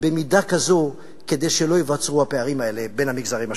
במידה כזו כדי שלא ייווצרו הפערים האלה בין המגזרים השונים.